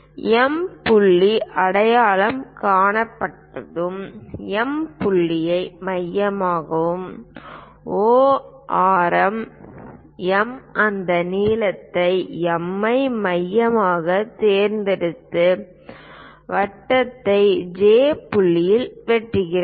M புள்ளி அடையாளம் காணப்பட்டதும் M புள்ளியை மையமாகவும் O ஆரம் M அந்த நீளத்தை M ஐ மையமாகத் தேர்ந்தெடுத்து வட்டத்தை J புள்ளியில் வெட்டுங்கள்